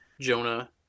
Jonah